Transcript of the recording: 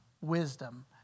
wisdom